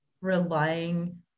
relying